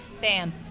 bam